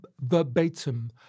verbatim